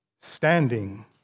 standing